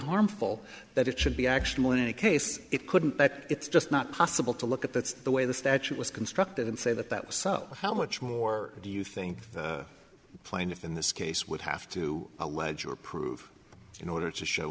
harmful that it should be actionable in any case it couldn't but it's just not possible to look at that's the way the statute was constructed and say that that was so how much more do you think the plaintiff in this case would have to allege or prove in order to show